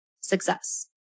success